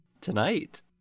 tonight